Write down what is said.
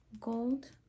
gold